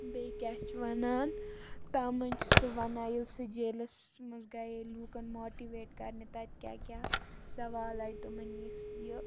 بیٚیہِ کیٛاہ چھِ وَنان تَتھ منٛز چھُ سُہ وَنان ییٚلہِ سُہ جیلَس منٛز گَیے لوٗکَن ماٹِویٹ کَرنہٕ تَتہٕ کیٛاہ کیٛاہ سوال آے تِمَن یِس یہِ